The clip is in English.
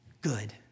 good